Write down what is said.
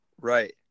right